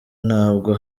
nabwo